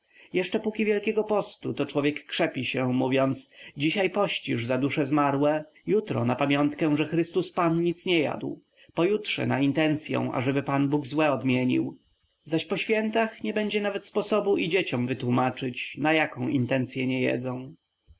jeszcze póki wielkiego postu to człowiek krzepi się mówiący dzisiaj pościsz za dusze zmarłe jutro na pamiątkę że chrystus pan nic nie jadł pojutrze na intencyą ażeby bóg złe odmienił zaś po świętach nie będzie nawet sposobu i dzieciom wytłómaczyć na jaką intencyą nie jedzą